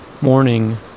morning